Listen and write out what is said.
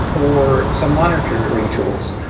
or some monitoring tools,